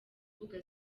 imbuga